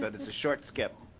but it's a short skip.